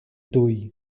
tuj